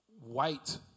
white